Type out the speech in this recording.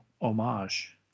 homage